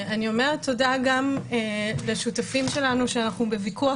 אני אומרת תודה גם לשותפים שלנו שאנחנו בוויכוח